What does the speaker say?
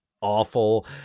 awful